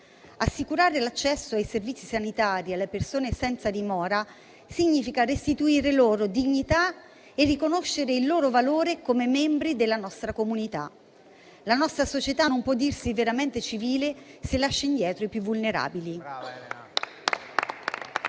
Assicurare l'accesso ai servizi sanitari alle persone senza dimora significa restituire loro dignità e riconoscere il loro valore come membri della nostra comunità. La nostra società non può dirsi veramente civile, se lascia indietro i più vulnerabili.